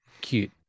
cute